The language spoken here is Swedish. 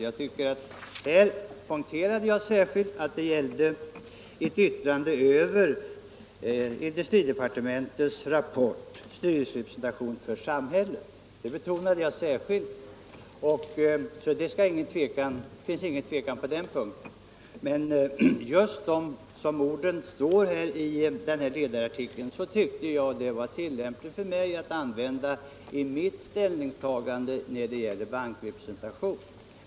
Och att det var fråga om ett yttrande över industridepartementets rapport Styrelserepresentation för samhället det betonade jag särskilt, så det råder ingen tvekan på den punkten. Just som orden står i den här ledarartikeln tyckte jag emellertid att det var tillämpligt på mitt ställningstagande när det gäller bankrepresentationen.